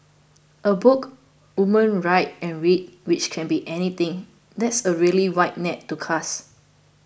a book women write and read which can be anything that's a really wide net to cast